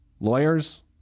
lawyers